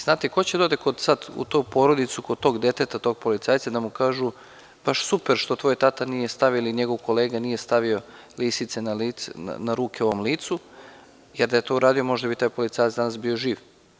Znate, ko će da ode sada u tu porodicu kod deteta tog policajca da mu kaže - bap super što tvoj tata ili njegov kolega nije stavio lisice na ruke ovom licu, jer da je to uradio možda bi taj policajac danas bio živ?